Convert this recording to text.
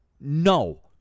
no